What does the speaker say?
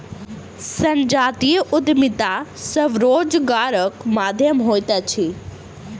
संजातीय उद्यमिता स्वरोजगारक माध्यम होइत अछि